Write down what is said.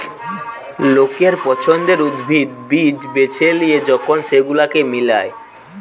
লোকের পছন্দের উদ্ভিদ, বীজ বেছে লিয়ে যখন সেগুলোকে মিলায়